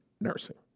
nursing